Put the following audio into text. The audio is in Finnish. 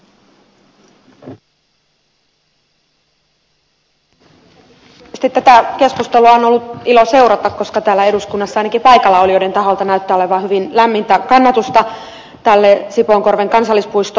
ensinnäkin tietysti tätä keskustelua on ollut ilo seurata koska täällä eduskunnassa ainakin paikalla olijoiden taholta näyttää olevan hyvin lämmintä kannatusta tälle sipoonkorven kansallispuistoesitykselle